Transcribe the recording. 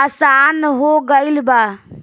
आसन हो गईल बा